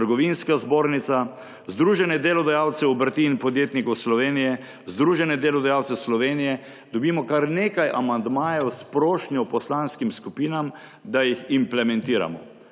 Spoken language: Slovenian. Trgovinske zbornice − Združenja delodajalcev obrti in podjetnikov Slovenije, Združenja delodajalcev Slovenije kar nekaj amandmajev s prošnjo poslanskim skupinam, da jih implementiramo.